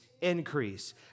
increase